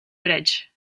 bridge